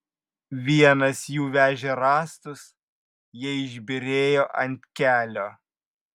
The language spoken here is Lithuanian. vienas jų vežė rąstus jie išbyrėjo ant kelio